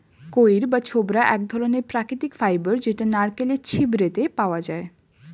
কইর বা ছোবড়া এক ধরণের প্রাকৃতিক ফাইবার যেটা নারকেলের ছিবড়েতে পাওয়া যায়